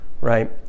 right